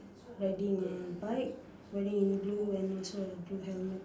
riding a bike wearing blue and also a blue helmet